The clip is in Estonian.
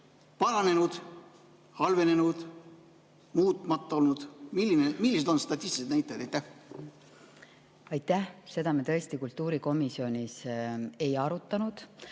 paranenud, halvenenud või muutumatu olnud? Millised on statistilised näitajad? Aitäh! Seda me tõesti kultuurikomisjonis ei arutanud,